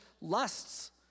lusts